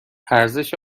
ارزش